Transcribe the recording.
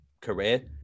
career